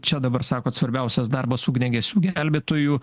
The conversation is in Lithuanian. čia dabar sakot svarbiausias darbas ugniagesių gelbėtojų